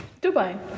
Dubai